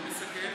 מי מסכם?